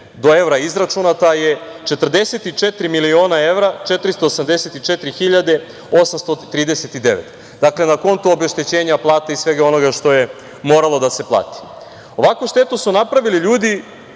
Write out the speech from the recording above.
do evra izračunata je 44.484.839 evra, dakle, na kontu obeštećenja plate i svega onoga što je moralo da se plati. Ovakvu štetu su napravili ljudi